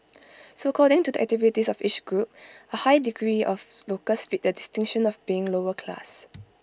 so according to the activities of each group A high degree of locals fit the distinction of being lower class